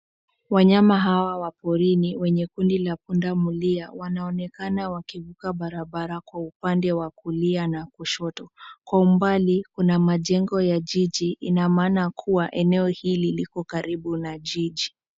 Wanyama hawa wa porini wenye kundi la punda milia wanaonekana wakivuka bara bara kwa upande wa kulia na kushoto kwa umbali kuna majengo ya jiji ina maana kuwa eneo hili liko karibu na jiji.